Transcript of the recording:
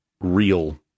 real